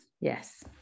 yes